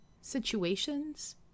situations